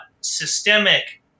systemic